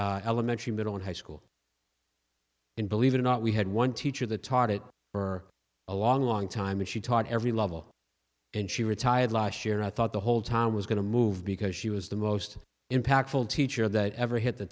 the elementary middle and high school and believe it or not we had one teacher the target for a long long time and she taught every level and she retired last year i thought the whole town was going to move because she was the most impactful teacher that ever hit the